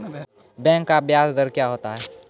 Bank का ब्याज दर क्या होता हैं?